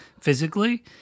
physically